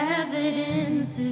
evidence